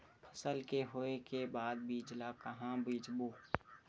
फसल के होय के बाद बीज ला कहां बेचबो?